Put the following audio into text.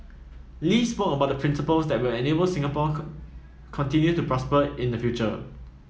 Lee spoke about the principles that will enable Singapore continue to prosper in the future